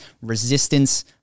resistance